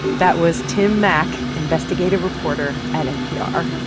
that was tim mak, investigative reporter at npr